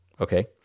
okay